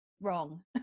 Wrong